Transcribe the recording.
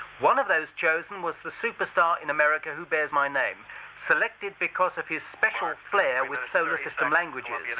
one of those chosen was the super star in america who bears my name selected because of his special flair with solar system languages. yeah